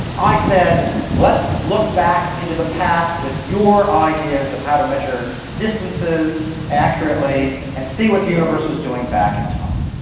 i said let's look back into the past with your ideas of how to measure distances accurately and see what the universe was doing back in time.